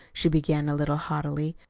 she began a little haughtily.